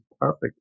perfect